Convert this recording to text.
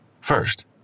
first